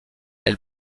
elle